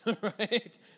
Right